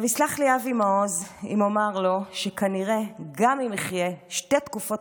יסלח לי אבי מעוז אם אומר לו שגם אם יחיה שתי תקופות